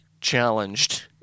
challenged